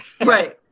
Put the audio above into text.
Right